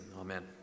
Amen